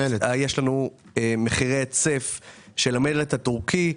יש לנו מחירי היצף של המלט התורכי.